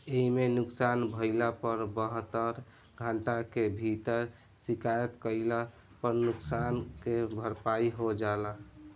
एइमे नुकसान भइला पर बहत्तर घंटा के भीतर शिकायत कईला पर नुकसान के भरपाई हो जाला